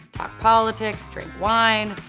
talk politics, drink wine.